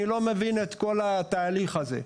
אני לא מבין את כל התהליך הזה.